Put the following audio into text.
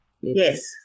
Yes